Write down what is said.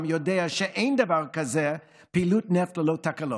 יודע שאין דבר כזה פעילות נפט ללא תקלות.